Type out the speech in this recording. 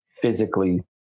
physically